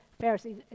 Pharisees